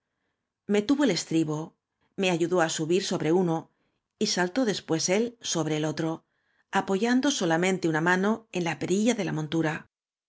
me tuvo el estribo me ayudó á subir sobre uno y saltó des pués é sobre el otro apoyando solamente uoa m aneen la perilla déla montura